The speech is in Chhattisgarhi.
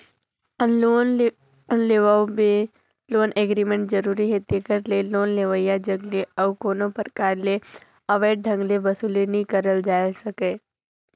लोन लेवब में लोन एग्रीमेंट जरूरी हे तेकरे ले लोन लेवइया जग ले अउ कोनो परकार ले अवैध ढंग ले बसूली नी करल जाए सके